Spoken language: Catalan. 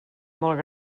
molt